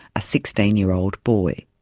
a sixteen year old boy.